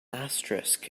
asterisk